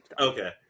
Okay